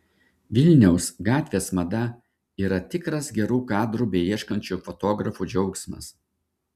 vilniaus gatvės mada yra tikras gerų kadrų beieškančių fotografų džiaugsmas